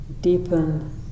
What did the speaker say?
Deepen